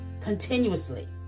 Continuously